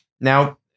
Now